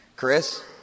Chris